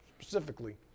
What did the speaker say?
specifically